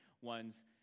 ones